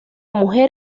mujer